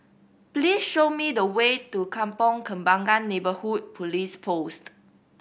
please show me the way to Kampong Kembangan Neighbourhood Police Post